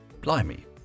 Blimey